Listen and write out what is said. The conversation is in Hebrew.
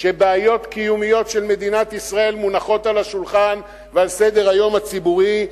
כשבעיות קיומיות של מדינת ישראל מונחות על השולחן ועל סדר-היום הציבורי,